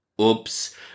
Oops